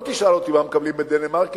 לא תשאל אותי מה מקבלים בדנמרק,